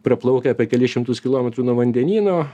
praplaukę apie kelis šimtus kilometrų nuo vandenyno